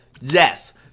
yes